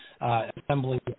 assembly